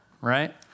right